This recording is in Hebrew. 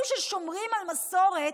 אלו ששומרים על המסורת,